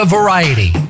Variety